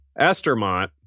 Estermont